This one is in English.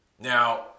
Now